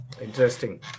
interesting